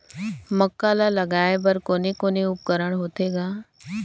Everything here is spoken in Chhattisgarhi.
मक्का ला लगाय बर कोने कोने उपकरण होथे ग?